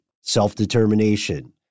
self-determination